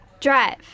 Drive